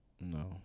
No